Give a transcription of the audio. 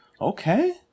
Okay